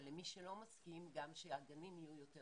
אבל למי שלא מסכים גם שהגנים יהיו יותר